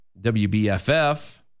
WBFF